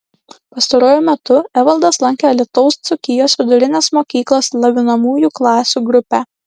pastaruoju metu evaldas lankė alytaus dzūkijos vidurinės mokyklos lavinamųjų klasių grupę